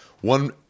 one